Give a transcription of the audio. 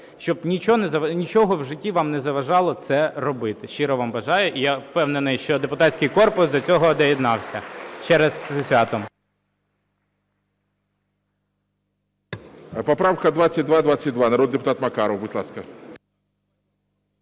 Щоб нічого в житті вам не заважало це робити щиро вам бажаю. І я впевнений, що депутатський корпус до цього доєднався. Ще раз зі святом!